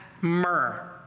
Myrrh